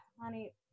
Honey